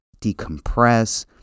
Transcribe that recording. decompress